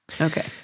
Okay